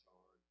on